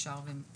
הצו אושר ומתקבל.